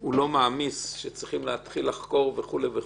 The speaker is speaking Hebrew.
הוא לא מעמיס שצריכים להתחיל לחקור וכולי,